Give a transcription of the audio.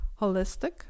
holistic